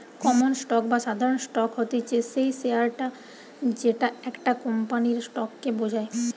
common stock বা সাধারণ stock হতিছে সেই শেয়ারটা যেটা একটা কোম্পানির স্টক কে বোঝায়